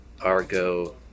Argo